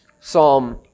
Psalm